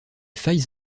failles